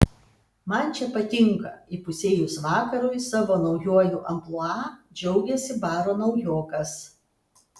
man čia patinka įpusėjus vakarui savo naujuoju amplua džiaugėsi baro naujokas